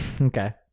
Okay